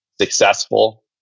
successful